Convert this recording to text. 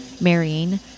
Marrying